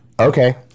okay